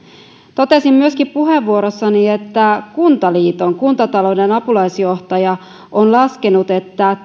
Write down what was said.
totesin puheenvuorossani myöskin että kuntaliiton kuntatalouden apulaisjohtaja on laskenut että